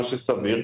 מה שסביר,